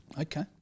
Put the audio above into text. Okay